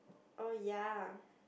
oh ya